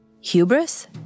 hubris